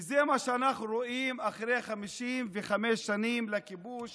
וזה מה שאנחנו רואים אחרי 55 שנים לכיבוש